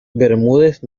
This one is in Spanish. bermúdez